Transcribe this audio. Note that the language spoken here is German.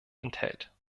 enthält